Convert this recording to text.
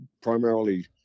primarily